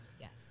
Yes